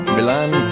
Milan